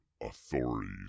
authorities